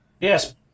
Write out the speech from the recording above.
Yes